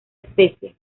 especie